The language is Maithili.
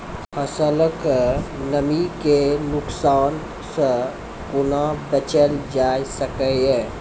फसलक नमी के नुकसान सॅ कुना बचैल जाय सकै ये?